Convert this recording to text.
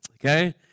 Okay